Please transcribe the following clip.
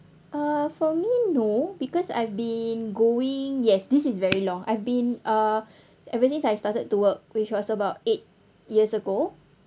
uh for me no because I've been going yes this is very long I've been uh ever since I started to work which was about eight years ago